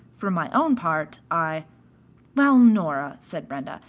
for my own part, i well, nora, said brenda,